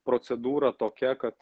procedūra tokia kad